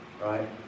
Right